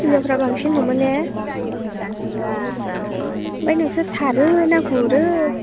हिनजावफ्रा बांसिन हमो ने औ ओफ्राय नोंसोर सारोना गुरो